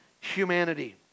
humanity